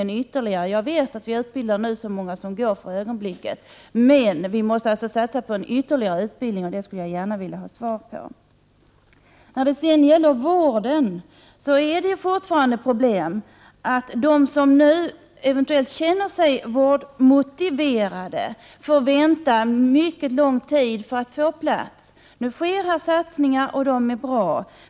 Jag vet att man för närvarande utnyttjar alla resurser när det gäller att utbilda poliser. Men vi måste ändå satsa på ytterligare utbildning. Jag skulle gärna vilja ha ett besked på den punkten. Vidare är vården fortfarande ett problem. Människor som nu är vårdmotiverade får vänta mycket länge på en plats inom vården. Det görs satsningar, och det är bra.